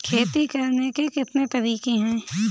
खेती करने के कितने तरीके हैं?